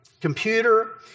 computer